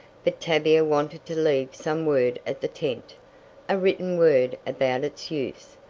but tavia wanted to leave some word at the tent a written word about its use.